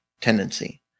tendency